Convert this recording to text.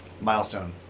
milestone